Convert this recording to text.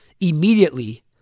immediately